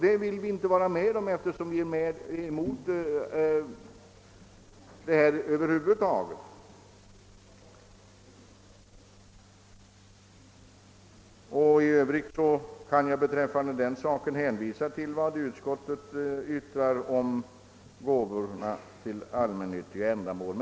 Detta vill vi inte vara med om, eftersom vi är emot sådana avdrag över huvud taget. I övrigt kan jag beträffande den saken hänvisa till vad utskottet yttrar om gåvorna till allmännyttiga ändamål.